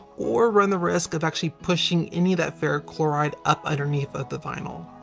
or run the risk of actually pushing any of that ferric chloride up underneath of the vinyl.